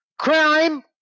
crime